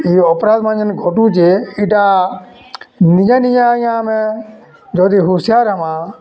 ଏ ଅପରାଧ୍ମାନେ ଯେନ୍ ଘଟୁଚେ ଏଇଟା ନିଜେ ନିଜେ ଆଜ୍ଞା ଆମେ ଯଦି ହୁସିଆର ହେମା